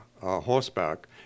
horseback